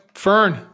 Fern